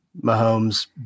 Mahomes